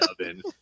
oven